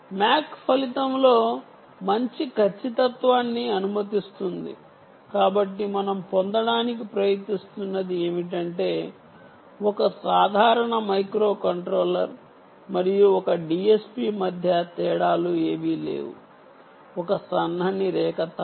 MAC ఫలితంలో మంచి ఖచ్చితత్వాన్ని అనుమతిస్తుంది కాబట్టి మనం పొందడానికి ప్రయత్నిస్తున్నది ఏమిటంటే ఒక సాధారణ మైక్రోకంట్రోలర్ మరియు ఒక DSP మధ్య తేడాలు ఏవీ లేవు ఒక సన్నని రేఖ తప్ప